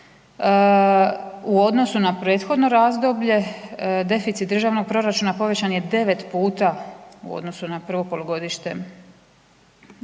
U odnosu na prethodno razdoblje, deficit državnog proračuna, povećan je 9 puta u odnosu na prvo polugodište 2019.,